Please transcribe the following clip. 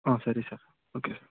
ಹಾಂ ಸರಿ sir okay